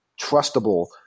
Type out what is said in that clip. trustable